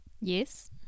Yes